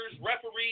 referees